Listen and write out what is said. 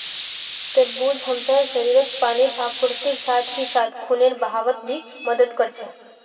तरबूज हमसार शरीरत पानीर आपूर्तिर साथ ही साथ खूनेर बहावत भी मदद कर छे